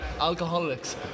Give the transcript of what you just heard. Alcoholics